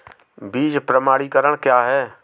बीज प्रमाणीकरण क्या है?